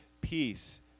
Peace